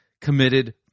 committed